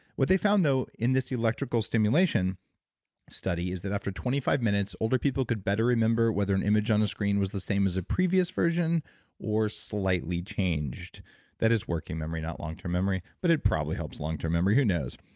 what they found, though, in this electrical stimulation study is that after twenty five minutes, older people could better remember whether an image on the screen was the same as the previous version or slightly changed that is working memory, not long-term memory, but it probably helps longterm memory. who knows?